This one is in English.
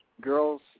girls